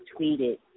tweeted